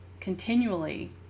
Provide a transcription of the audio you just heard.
Continually